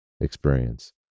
experience